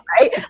right